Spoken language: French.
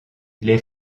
les